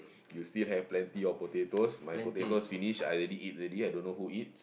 you still have plenty of potatoes my potatoes finish I already eat already I don't know who eat